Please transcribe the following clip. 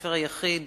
בית-הספר היחיד